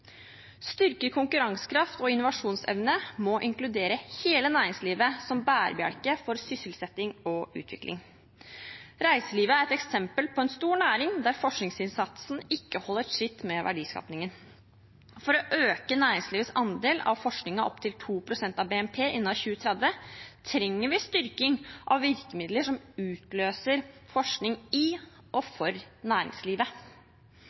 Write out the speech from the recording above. Styrket konkurransekraft og innovasjonsevne må inkludere hele næringslivet som bærebjelke for sysselsetting og utvikling. Reiselivet er et eksempel på en stor næring der forskningsinnsatsen ikke holder tritt med verdiskapingen. For å øke næringslivets andel av forskningen opp til 2 pst. av BNP innen 2030 trenger vi styrking av virkemidler som utløser forskning i og for næringslivet.